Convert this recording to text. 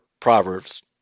Proverbs